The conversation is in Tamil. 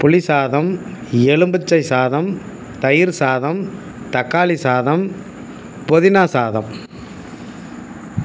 புளி சாதம் எலும்மிச்சை சாதம் தயிர் சாதம் தக்காளி சாதம் புதினா சாதம்